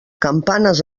campanes